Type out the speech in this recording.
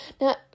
Now